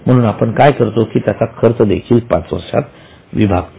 म्हणून आपण काय करतो कि त्याचा खर्च देखील पाच वर्षात विभागतो